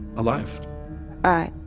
alive i.